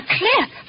clip